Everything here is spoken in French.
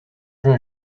juin